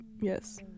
Yes